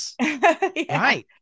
right